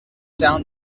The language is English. down